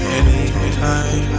anytime